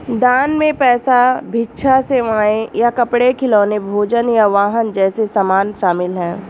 दान में पैसा भिक्षा सेवाएं या कपड़े खिलौने भोजन या वाहन जैसे सामान शामिल हैं